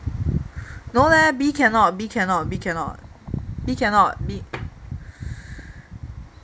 no leh b cannot b cannot b cannot b cannot b